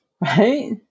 Right